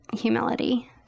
humility